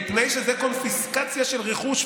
"מפני שזה קונפיסקציה של רכוש,